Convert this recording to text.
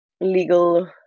legal